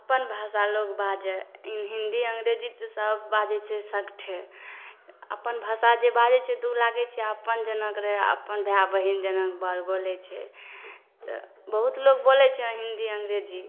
अपन भाषा लोक बाजै हिन्दी अंग्रेजी तऽ सब बाजै छै सगठे अपन भाषा जे बाजै छै तऽ उ लागै छै अपन जेना कोइ रहय अपन भाय बहिन जेना बोलै छै तऽ बहुत लोक बोलै छै हिन्दी अंग्रेजी